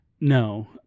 No